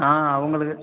ஆ அவங்களுக்கு